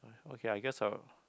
okay I guess I'll